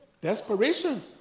Desperation